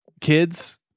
kids